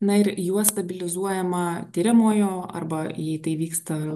na ir juo stabilizuojama tiriamojo arba jei tai vyksta